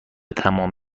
تمام